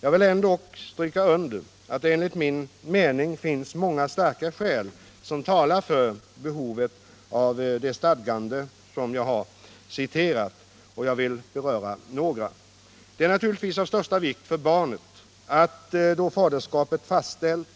Jag vill ändå stryka under att det enligt min mening finns många starka skäl som talar för behovet av det stadgande som jag har citerat. Jag vill beröra några. Det är naturligtvis av största vikt för barnet att få faderskapet fastställt